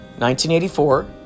1984